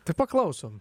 tai paklausom